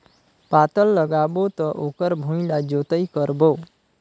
पातल लगाबो त ओकर भुईं ला जोतई करबो?